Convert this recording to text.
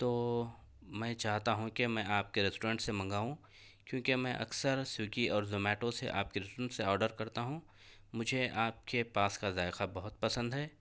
تو میں چاہتا ہوں کہ میں آپ کے ریسٹورنٹ سے منگاؤں کیونکہ میں اکثر سویگی اور زومیٹو سے آپ کے ریسٹورنٹ سے آڈر کرتا ہوں مجھے آپ کے پاس کا ذائقہ بہت پسند ہے